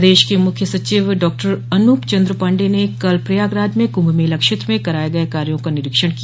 प्रदेश के मुख्य सचिव डॉक्टर अनूप चन्द्र पाण्डेय ने कल प्रयागराज में कुंभ मेला क्षेत्र में कराये गये कार्यो का निरीक्षण किया